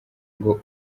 ngo